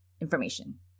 information